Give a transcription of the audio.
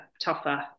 tougher